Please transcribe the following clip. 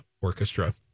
orchestra